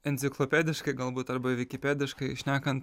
enciklopediškai galbūt arba vikipediškai šnekant